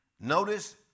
Notice